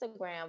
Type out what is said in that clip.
Instagram